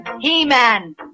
He-Man